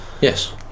Yes